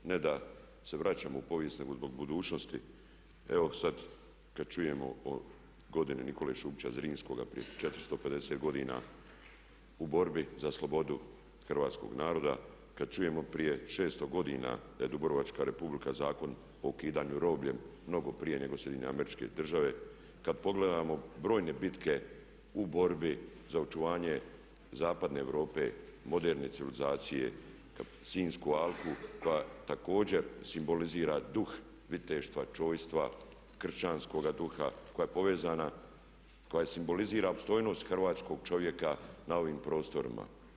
Ne da se vraćamo u povijest nego zbog budućnosti, evo sad kad čujemo o godini Nikole Šubića Zrinskog prije 450 godina u borbi za slobodu hrvatskog naroda, kad čujemo prije 600 godina da je Dubrovačka Republika Zakon o ukidanju robljem mnogo prije nego SAD, kad pogledamo brojne bitke u borbi za očuvanje zapadne Europe, moderne civilizacije, Sinjsku alku koja također simbolizira duh viteštva, čojstva, kršćanskoga duha, koja je povezana i simbolizira opstojnost hrvatskog čovjeka na ovim prostorima.